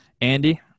Andy